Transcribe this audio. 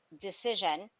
decision